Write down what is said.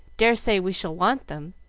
dare say we shall want them.